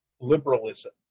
liberalism